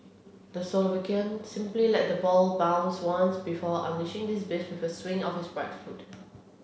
the Slovakian simply let the ball bounced once before unleashing this beast with a swing of his right foot